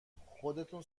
خودتون